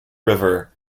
river